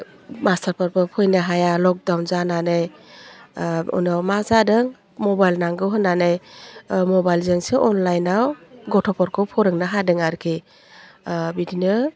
मास्टारफोरबो फैनो हाया लकडाउन जानानै उनाव मा जादों मबाइल नांगौ होन्नानै मबाइलजोंसो अनलाइनाव गथ'फोरखौ फोरोंनो हादों आरखि बिदिनो